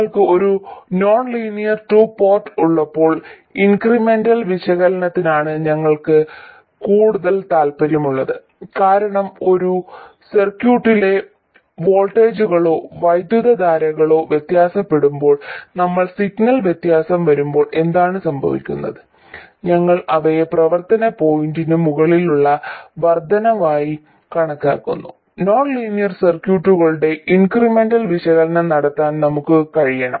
നിങ്ങൾക്ക് ഒരു nonlinear two port ഉള്ളപ്പോൾ ഇൻക്രിമെന്റൽ വിശകലനത്തിലാണ് ഞങ്ങൾക്ക് കൂടുതൽ താൽപ്പര്യമുള്ളത് കാരണം ഒരു സർക്യൂട്ടിലെ വോൾട്ടേജുകളോ വൈദ്യുതധാരകളോ വ്യത്യാസപ്പെടുത്തുമ്പോൾ നമ്മൾ സിഗ്നലിൽ വ്യത്യാസം വരുത്തുമ്പോൾ എന്താണ് സംഭവിക്കുന്നത് ഞങ്ങൾ അവയെ പ്രവർത്തന പോയിന്റിന് മുകളിലുള്ള വർദ്ധനവായി കണക്കാക്കുന്നു നോൺലീനിയർ സർക്യൂട്ടുകളുടെ ഇൻക്രിമെന്റൽ വിശകലനം നടത്താൻ നമുക്ക് കഴിയണം